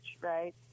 right